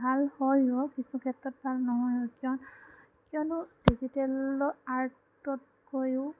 ভাল হয়ো কিছু ক্ষেত্ৰত ভাল নহয়ো কিয় কিয়নো ডিজিটেল আৰ্টতকৈয়ো